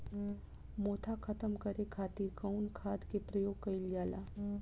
मोथा खत्म करे खातीर कउन खाद के प्रयोग कइल जाला?